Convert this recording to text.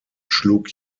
schlug